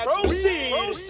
proceed